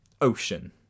Ocean